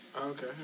Okay